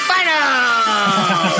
Final